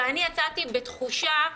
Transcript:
ואני יצאתי בתחושה,